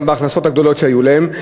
גם בהכנסות הגדולות שהיו להן,